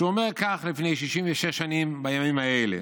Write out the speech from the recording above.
שאומר כך, לפני 66 שנים בימים האלה.